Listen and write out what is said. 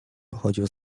pochodził